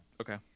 Okay